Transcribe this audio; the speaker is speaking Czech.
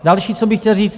Další, co bych chtěl říct.